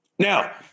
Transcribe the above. Now